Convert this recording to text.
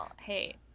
Hey